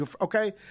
Okay